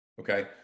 okay